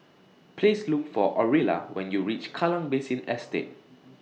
Please Look For Orilla when YOU REACH Kallang Basin Estate